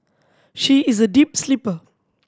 she is a deep sleeper